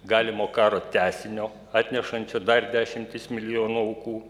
galimo karo tęsinio atnešančio dar dešimtis milijonų aukų